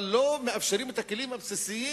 אבל לא מאפשרים את הכלים הבסיסיים